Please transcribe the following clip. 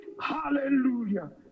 hallelujah